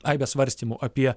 aibę svarstymų apie